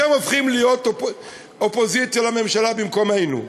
אתם הופכים להיות אופוזיציה לממשלה במקומנו.